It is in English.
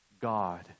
God